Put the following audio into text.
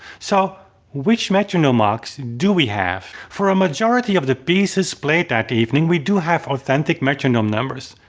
so which metronome marks do we have? for a majority of the pieces played that evening we do have authentic metronome numbers.